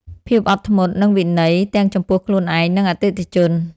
ភាពអត់ធ្មត់ និងវិន័យ ទាំងចំពោះខ្លួនឯង និងអតិថិជន។